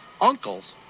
uncles